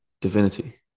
divinity